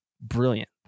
Brilliant